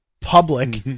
public